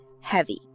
heavy